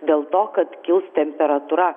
dėl to kad kils temperatūra